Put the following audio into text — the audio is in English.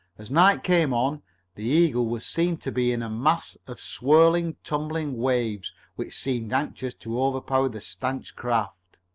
as night came on the eagle was seen to be in a mass of swirling, tumbling waves which seemed anxious to overpower the stanch craft.